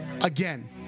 again